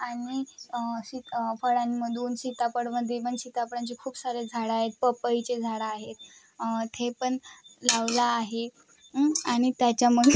आणि सीत फळांमधून सीताफळामध्ये पण सीताफळांची खूप सारे झाडं आहेत पपईचे झाडं आहेत ते पण लावलं आहे आणि त्याच्याम